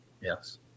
Yes